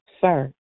Sir